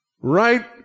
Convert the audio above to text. right